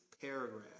paragraph